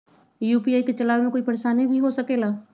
UPI के चलावे मे कोई परेशानी भी हो सकेला?